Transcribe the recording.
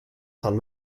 san